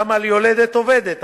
גם על יולדת עובדת.